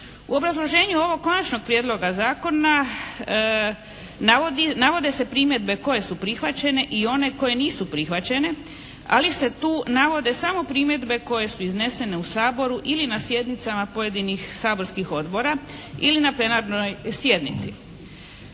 U obrazloženju ovog konačnog prijedloga zakona navode se primjedbe koje su prihvaćene i one koje nisu prihvaćene, ali se tu navode samo primjedbe koje su iznesene u Saboru ili na sjednicama pojedinih saborskih odbora ili na plenarnoj sjednici.